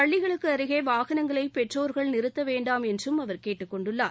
பள்ளிகளுக்கு அருகே வாகனங்களை பெற்றோர்கள் நிறுத்த வேண்டாம் என்றும் அவர் கேட்டுக் கொண்டுள்ளார்